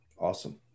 Awesome